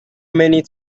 many